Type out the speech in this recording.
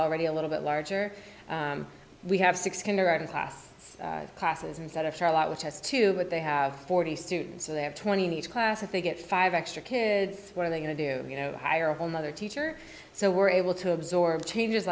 already a little bit larger we have six can arrive class classes instead of charlotte which has two but they have forty students and they have twenty each class if they get five extra kids what are they going to do you know hire a whole nother teacher so we're able to absorb changes